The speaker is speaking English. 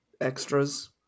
extras